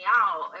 out